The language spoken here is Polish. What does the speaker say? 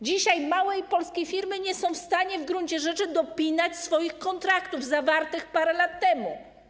Dzisiaj małe polskie firmy nie są w stanie w gruncie rzeczy dopinać swoich kontraktów zawartych parę lat temu.